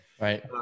right